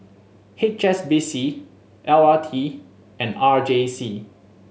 H S B C L R T and R J C